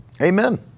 Amen